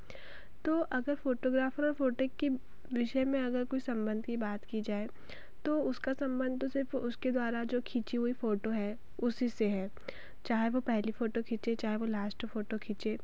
तो अगर फोटोग्राफर और फ़ोटो की विषय में अगर कोई सम्बन्ध की बात की जाए तो उसका सम्बन्ध तो सिर्फ़ उसके द्वारा जो खींची हुई फ़ोटो है उसी से है चाहे वह पहली फ़ोटो खींचे चाहे वह लास्ट फ़ोटो खींचे